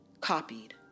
copied